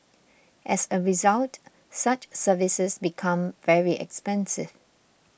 as a result such services become very expensive